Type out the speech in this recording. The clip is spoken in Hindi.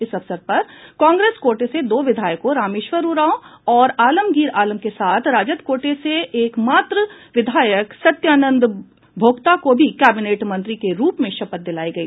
इस अवसर पर कांग्रेस कोटे से दो विधायकों रामेश्वर उरांव और आलमगीर आलम के साथ राजद कोटे से एकमात्र विधायक सत्यानंद भोक्ता को भी कैबिनेट मंत्री के रूप में शपथ दिलाई गई